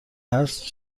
هست